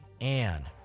Anne